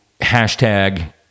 hashtag